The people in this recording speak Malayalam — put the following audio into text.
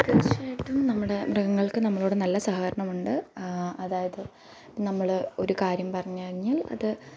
തീർച്ചയായിട്ടും നമ്മുടെ മൃഗങ്ങൾക്ക് നമ്മളോട് നല്ല സഹകരണം ഉണ്ട് അതായത് നമ്മൾ ഒരു കാര്യം പറഞ്ഞു കഴിഞ്ഞാൽ അത്